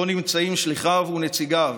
שבו נמצאים שליחיו ונציגיו